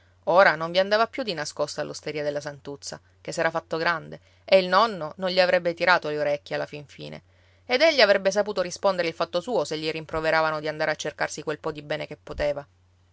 ora non vi andava più di nascosto all'osteria della santuzza che s'era fatto grande e il nonno non gli avrebbe tirato le orecchie alla fin fine ed egli avrebbe saputo rispondere il fatto suo se gli rimproveravano di andare a cercarsi quel po di bene che poteva